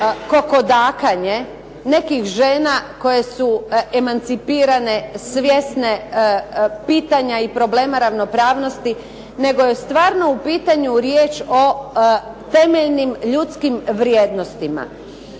kokodakanje nekih žena koje su emancipirane, svjesne pitanja i problema ravnopravnosti, nego je stvarno u pitanju riječ o temeljnim ljudskim vrijednostima.